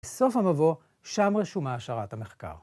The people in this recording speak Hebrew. בסוף המבוא, שם רשומה השערת המחקר.